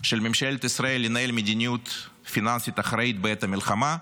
של ממשלת ישראל לנהל מדיניות פיננסית אחראית בעת המלחמה,